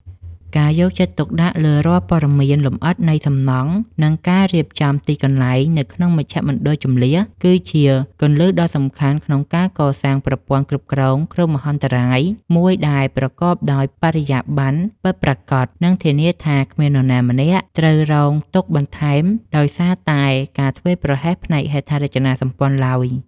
ការយកចិត្តទុកដាក់លើរាល់ព័ត៌មានលម្អិតនៃសំណង់ និងការរៀបចំទីកន្លែងនៅក្នុងមជ្ឈមណ្ឌលជម្លៀស គឺជាគន្លឹះដ៏សំខាន់ក្នុងការកសាងប្រព័ន្ធគ្រប់គ្រងគ្រោះមហន្តរាយមួយដែលប្រកបដោយបរិយាបន្ន ពិតប្រាកដ និងធានាថាគ្មាននរណាម្នាក់ត្រូវរងទុក្ខបន្ថែមដោយសារតែការធ្វេសប្រហែសផ្នែកហេដ្ឋារចនាសម្ព័ន្ធឡើយ។